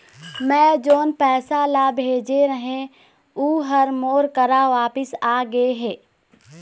मै जोन पैसा ला भेजे रहें, ऊ हर मोर करा वापिस आ गे हे